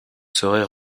seraient